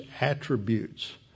attributes